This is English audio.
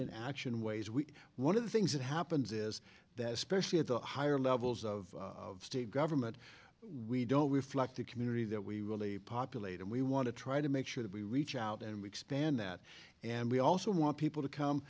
in action ways we one of the things that happens is that especially at the higher levels of state government we don't reflect the community that we really populate and we want to try to make sure that we reach out and we expand that and we also want people to come